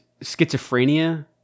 schizophrenia